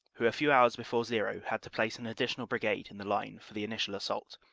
who a few hours before zero had to place an additional brigade in the line for the initial assault.